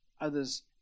others